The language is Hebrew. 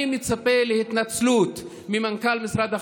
אני מצפה להתנצלות ממנכ"ל משרד החינוך.